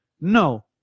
no